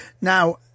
now